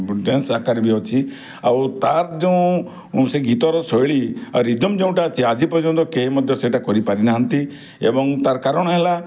dance ଆକାରରେ ବି ଅଛି ଆଉ ତା'ର ଯେଉଁ ସେ ଗୀତର ଶୈଳୀ ଆଉ ରିଦିମ୍ ଯେଉଁଟା ଅଛି ଆଜି ପର୍ଯ୍ୟନ୍ତ କେହି ମଧ୍ୟ ସେଇଟା କରିପାରି ନାହାଁନ୍ତି ଏବଂ ତା'ର କାରଣ ହେଲା